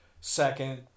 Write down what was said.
second